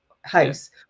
house